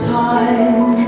time